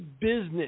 business